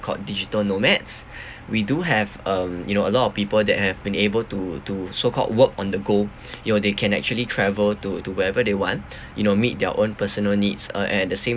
called digital nomads we do have um you know a lot of people that have been able to to so called work on the go you know they can actually travel to to wherever they want you know meet their own personal needs uh and at the same